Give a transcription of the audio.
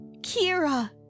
Kira